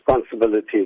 responsibility